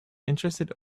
interested